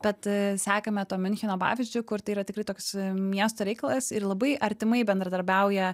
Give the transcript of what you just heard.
bet sekame tuo miuncheno pavyzdžiu kur tai yra tikrai toks miesto reikalas ir labai artimai bendradarbiauja